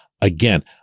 Again